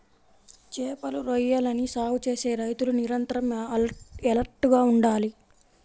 చేపలు, రొయ్యలని సాగు చేసే రైతులు నిరంతరం ఎలర్ట్ గా ఉండాలి